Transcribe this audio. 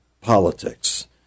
politics